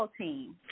team